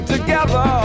together